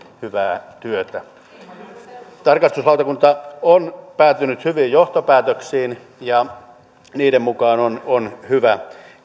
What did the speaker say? hyvää työtänne tarkastuslautakunta on päätynyt hyviin johtopäätöksiin ja niiden mukaan on on hyvä